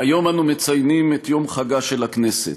היום אנו מציינים את יום חגה של הכנסת